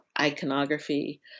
iconography